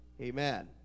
Amen